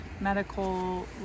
medical